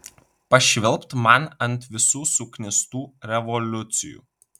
pašvilpt man ant visų suknistų revoliucijų